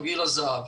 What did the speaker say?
גיל הזהב.